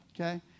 Okay